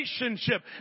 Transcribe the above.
relationship